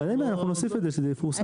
אין בעיה, נוסיף את זה שזה יפורסם.